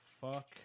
fuck